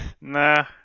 Nah